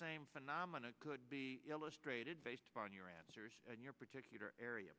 same phenomenon could be illustrated based on your answers your particular area